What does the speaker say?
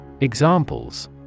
Examples